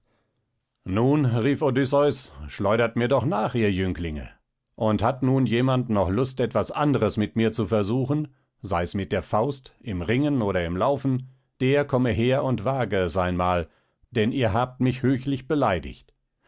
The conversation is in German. nun rief odysseus schleudert mir doch nach ihr jünglinge und hat nun jemand noch lust etwas anderes mit mir zu versuchen sei's mit der faust im ringen oder im laufen der komme her und wage es einmal denn ihr habt mich höchlich beleidigt